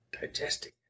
digesting